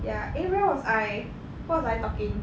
ya eh where was I what was I talking